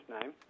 name